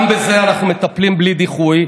גם בזה אנחנו מטפלים בלי דיחוי,